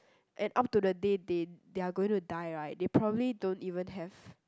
and up to the day they they are going to die right they probably don't even have